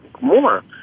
more